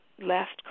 Last